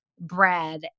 bread